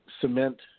cement